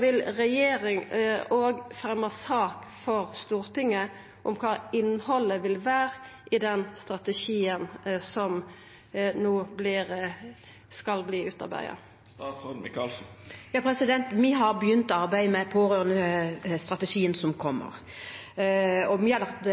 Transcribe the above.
Vil regjeringa òg fremja sak for Stortinget om kva innhaldet vil vera i den strategien som no skal verta utarbeidd? Vi har begynt arbeidet med pårørendestrategien som kommer. Vi har lagt